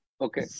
Okay